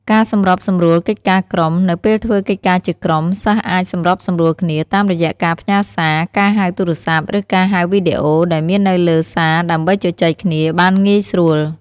ការសម្របសម្រួលកិច្ចការក្រុម នៅពេលធ្វើកិច្ចការជាក្រុម សិស្សអាច សម្របសម្រួលគ្នា តាមរយៈការផ្ញើសារ ការហៅទូរស័ព្ទ ឬការហៅវីដេអូ ដែលមាននៅលើ សារ ដើម្បីជជែកគ្នាបានងាយស្រួល។